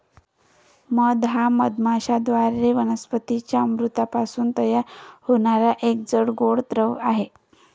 मध हा मधमाश्यांद्वारे वनस्पतीं च्या अमृतापासून तयार होणारा एक जाड, गोड द्रव आहे